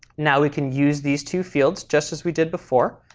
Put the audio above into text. now we can use these two fields just as we did before.